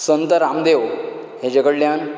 संत रामदेव हेजे कडल्यान